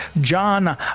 John